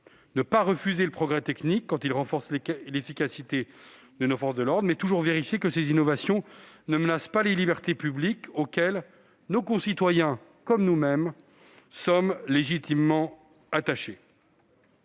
pas refuser le progrès technique quand il sert l'efficacité des forces de l'ordre, il convient de toujours vérifier que ces innovations ne menacent pas les libertés publiques, auxquelles nos concitoyens comme nous-mêmes sommes légitimement attachés.